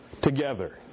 together